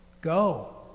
Go